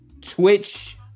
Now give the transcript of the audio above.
twitch